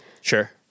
Sure